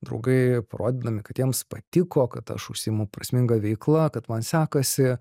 draugai parodydami kad jiems patiko kad aš užsiimu prasminga veikla kad man sekasi